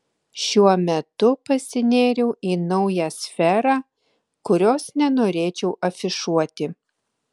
šiuo metu pasinėriau į naują sferą kurios nenorėčiau afišuoti